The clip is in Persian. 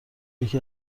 یکی